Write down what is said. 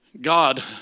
God